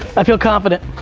i feel confident.